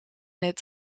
het